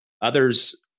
Others